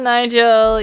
Nigel